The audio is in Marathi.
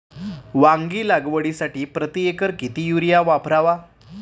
वांगी लागवडीसाठी प्रति एकर किती युरिया वापरावा?